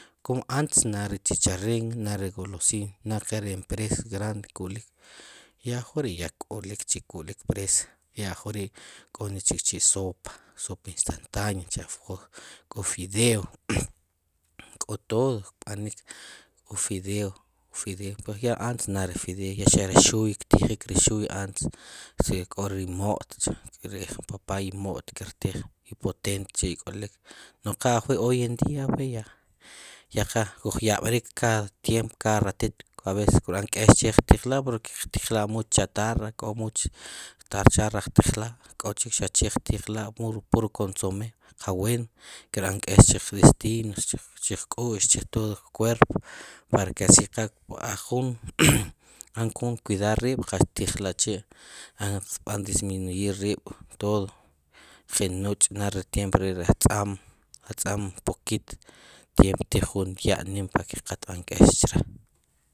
Kum antes nada ri chicharrin, nada ri golosina, nada ri empresas grandes ku'lik, ya ajk'ori' ya k'olok chik kulik wre', por eso k'olok chi'chi sopa, sopa instantánea cha', k'o fideos, k'o todo kb'anik, k'o fideos, fideos pues, antes nada re fideos, ya xa xere ri xuuy ktiijik, ri xuy antes, k'o ri imo't kchi' rin papá imo't kirtiij, i potente k'chi i k'olik, nu qee ajwi', ya qe kuj yab'rik, cada tiempo, cada ratito, k'o aveces kib'an k'ex cheq tiijla' porque qtiijla' mucha chatarra, k'o mucha chatarra qtiijla', k'o chik xaq che qtijila', puro, puro consomé kal bueno, kirb'an k'ex chiq intestin, chiq k'ux, chi todo cuerpo, para que así qal b'an jun, kb'an jun cuidar rib' qal xtiij la' chi', qb'an disminuir rib' wu todo, qi' nuch' ne ri tiempo ri' re atzoom poquito tiempo, ttiijjun ya' para que qal tb'an k'ex chre'